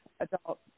adult